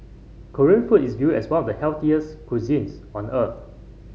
Korean food is viewed as one of the healthiest cuisines on earth